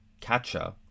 catcher